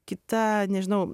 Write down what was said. kita nežinau